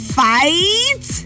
fight